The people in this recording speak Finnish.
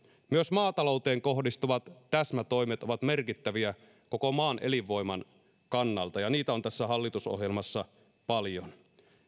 myös maatalouteen kohdistuvat täsmätoimet ovat merkittäviä koko maan elinvoiman kannalta ja niitä on tässä hallitusohjelmassa paljon